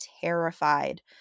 terrified